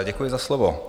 Děkuji za slovo.